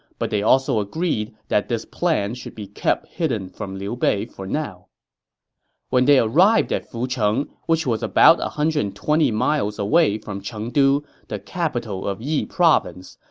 but they also agreed that this plan should be kept hidden from liu bei for now when they arrived at fucheng, which was about one hundred and twenty miles away from chengdu, the capital of yi province,